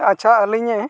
ᱟᱪᱪᱷᱟ ᱟᱹᱞᱤᱧ